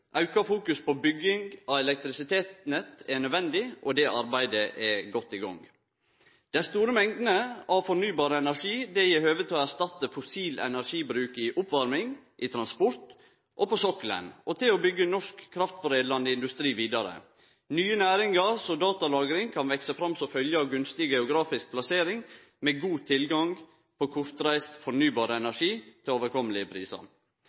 Auka fokus på bygging av elektrisitetsnett er nødvendig, og det arbeidet er godt i gong. Dei store mengdene fornybar energi gjev høve til å erstatte fossil energibruk i oppvarming, i transport og på sokkelen, og til å bygge norsk kraftforedlande industri vidare. Nye næringar, som datalagring, kan vekse fram som ein følgje av gunstig geografisk plassering med god tilgang på kortreist fornybar energi til